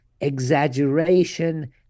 exaggeration